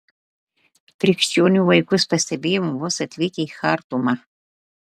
krikščionių vaikus pastebėjome vos atvykę į chartumą